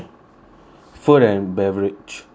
food and beverage yup